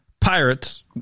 Pirates